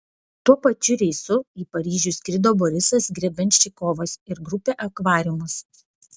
tuo pačiu reisu į paryžių skrido borisas grebenščikovas ir grupė akvariumas